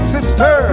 Sister